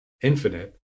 infinite